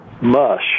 mush